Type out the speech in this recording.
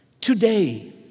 Today